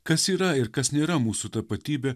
kas yra ir kas nėra mūsų tapatybė